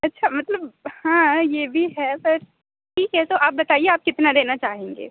अच्छा मतलब हाँ ये भी है पर ठीक है तो आप बताइए आप कितना देना चाहेंगे